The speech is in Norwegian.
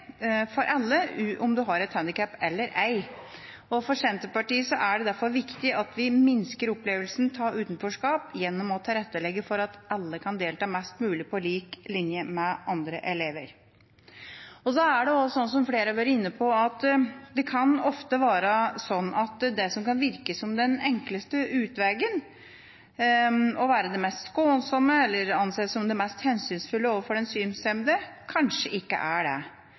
for alle, om du har et handikap eller ei. For Senterpartiet er det derfor viktig at vi minsker opplevelsen av utenforskap gjennom å tilrettelegge for at alle kan delta mest mulig på lik linje med andre elever. Som flere har vært inne på, kan det ofte være sånn at det som kan virke som den enkleste utvegen, det mest skånsomme, eller anses som det mest hensynsfulle overfor den synshemmede, kanskje ikke er det.